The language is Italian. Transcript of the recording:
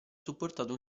supportata